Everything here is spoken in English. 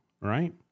right